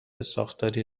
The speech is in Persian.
ساختاری